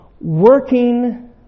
working